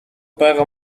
байгаа